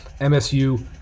MSU